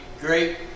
great